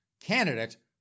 candidate